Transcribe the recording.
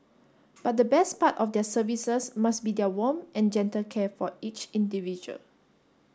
but the best part of their services must be their warm and gentle care for each individual